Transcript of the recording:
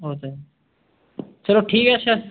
ओह् ते ऐ चलो ठीक ऐ अच्छा